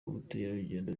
ubukerarugendo